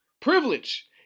Privilege